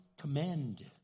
commend